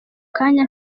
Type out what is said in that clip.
kanya